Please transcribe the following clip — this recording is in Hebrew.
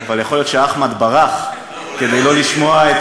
אבל יכול להיות שאחמד ברח כדי לא לשמוע את